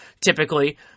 typically